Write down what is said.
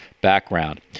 background